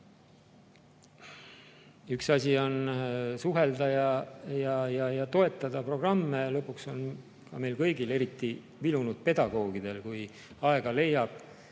Üks asi on suhelda ja toetada programme. Ja lõpuks on meil kõigil, eriti vilunud pedagoogidel, kui aega leiab,